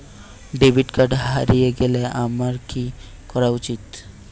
Debit card হারিয়ে গেলে আমার কি করা উচিৎ?